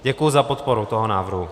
Děkuji za podporu toho návrhu.